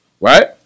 Right